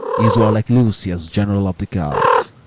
is warlike lucius general of the goths?